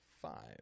five